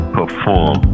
perform